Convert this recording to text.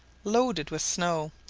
loaded with snow,